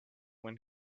when